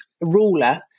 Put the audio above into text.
ruler